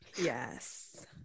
Yes